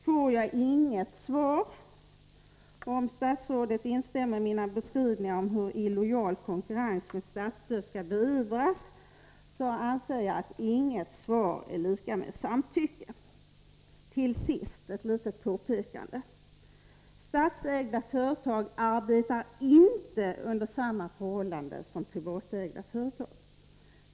Får jag inget svar på frågan om statsrådet instämmer i min beskrivning av hur illojal konkurrens med statsstöd skall beivras, anser jag att det är lika med ett samtycke. Till sist ett litet påpekande. Statsägda företag arbetar inte under samma förhållanden som privatägda företag.